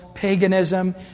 Paganism